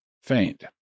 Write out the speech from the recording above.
Faint